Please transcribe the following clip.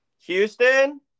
Houston